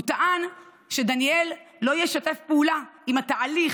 הוא טען שדניאל לא ישתף פעולה עם התהליך